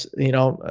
you know,